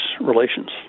relations